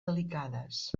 delicades